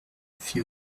fit